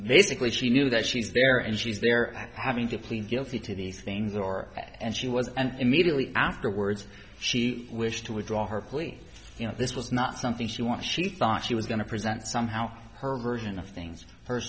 basically she knew that she's there and she's there having to plead guilty to these things or that and she was and immediately afterwards she wished to withdraw her plea you know this was not something she wants she thought she was going to present somehow her version of things